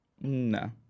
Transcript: No